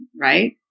right